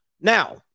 Now